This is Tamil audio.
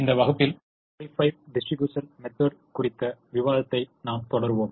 இந்த வகுப்பில் மோடிஃபைட் டிஸ்ட்ரிபியூஷன் மெத்தெட் குறித்த விவாதத்தை நாம் தொடருவோம்